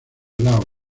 laos